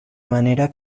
manera